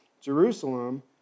Jerusalem